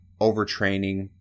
overtraining